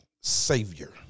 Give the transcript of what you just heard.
savior